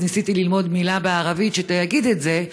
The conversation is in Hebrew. אז ניסיתי ללמוד מילה בערבית שתגיד את זה,